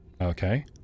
Okay